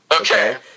Okay